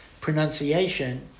pronunciation